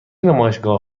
نمایشگاه